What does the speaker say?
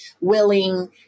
willing